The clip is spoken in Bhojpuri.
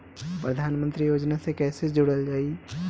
प्रधानमंत्री योजना से कैसे जुड़ल जाइ?